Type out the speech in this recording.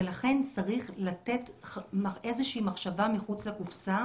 ולכן צריך לתת איזושהי מחשבה מחוץ לקופסה